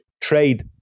trade